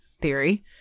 theory